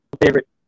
favorite